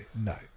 no